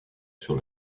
sur